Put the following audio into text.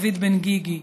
דוד בן גיגי.